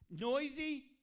Noisy